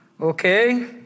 Okay